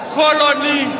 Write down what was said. colony